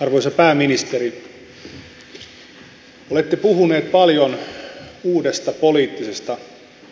arvoisa pääministeri olette puhuneet paljon uudesta poliittisesta